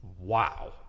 wow